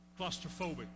claustrophobic